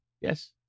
Yes